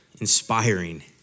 inspiring